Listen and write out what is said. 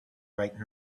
right